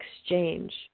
exchange